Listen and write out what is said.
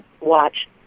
watch